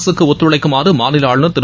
அரசுக்கு ஒத்தழைக்குமாறு மாநில ஆளுநர் திரு